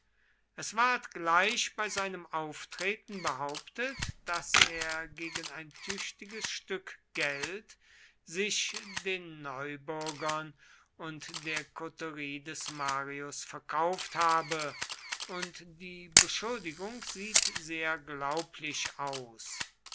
es ward gleich bei seinem auftreten behauptet daß er gegen ein tüchtiges stück geld sich den neubürgern und der koterie des marius verkauft habe und die beschuldigung sieht sehr glaublich aus